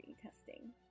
testing